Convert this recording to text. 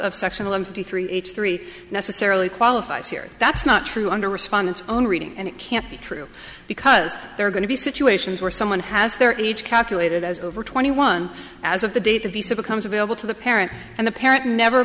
sectional empty three h three necessarily qualifies here that's not true under respondents own reading and it can't be true because there are going to be situations where someone has their age calculated as over twenty one as of the date that the so becomes available to the parent and the parent never